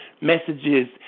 messages